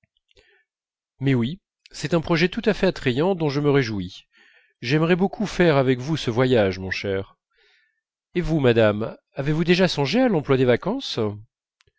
mais oui c'est un projet tout à fait attrayant dont je me réjouis j'aimerais beaucoup faire avec vous ce voyage mon cher et vous madame avez-vous déjà songé à l'emploi des vacances